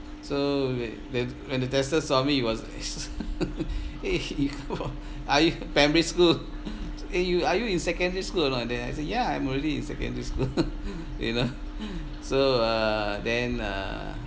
so wh~ the when the tester saw me he was eh you go are you primary school eh you are you in secondary school or not then I said ya I'm already in secondary school you know so uh then uh